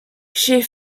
che